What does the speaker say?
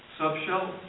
subshell